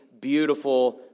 beautiful